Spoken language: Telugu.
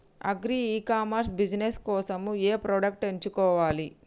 అగ్రి ఇ కామర్స్ బిజినెస్ కోసము ఏ ప్రొడక్ట్స్ ఎంచుకోవాలి?